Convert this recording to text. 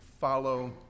follow